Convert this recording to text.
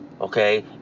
okay